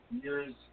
years